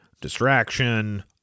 distraction